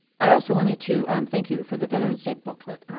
i also wanted to thank you for the veterans day booklet.